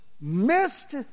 missed